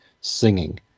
singing